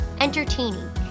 entertaining